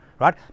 right